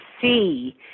see